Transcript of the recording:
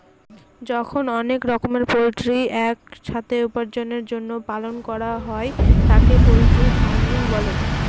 যখন অনেক রকমের পোল্ট্রি এক সাথে উপার্জনের জন্য পালন করা হয় তাকে পোল্ট্রি ফার্মিং বলে